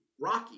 Rocky